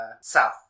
south